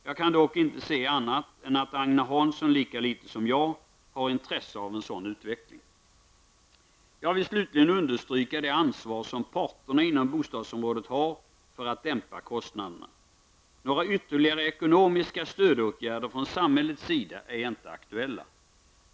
Jag kan dock inte se annat än att Agne Hansson lika litet som jag har intresse av en sådan utveckling. Jag vill slutligen understryka det ansvar som parterna inom bostadsområdet har för att dämpa kostnaderna. Några ytterligare ekonomiska stödåtgärder från samhällets sida är inte aktuella.